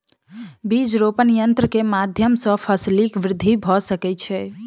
बीज रोपण यन्त्र के माध्यम सॅ फसीलक वृद्धि भ सकै छै